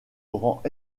rend